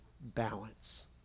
balance